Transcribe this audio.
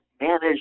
manage